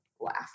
laugh